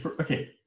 okay